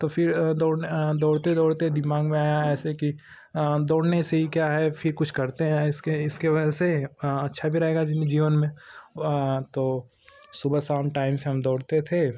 तो फिर दौड़ दौड़ते दौड़ते दिमाग में आया ऐसे कि दौड़ने से ही क्या है फिर कुछ करते हैं इसके इसके वजह से अच्छा भी रहेगा जींद जीवन में तो सुबह शाम टाइम से हम दौड़ते थे